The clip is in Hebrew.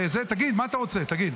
תגיד מה אתה רוצה, תגיד.